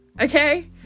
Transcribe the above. Okay